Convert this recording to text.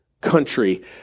country